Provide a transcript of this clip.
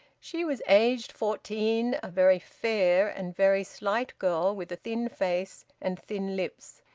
she was aged fourteen, a very fair and very slight girl, with a thin face and thin lips,